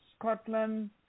Scotland